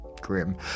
Grim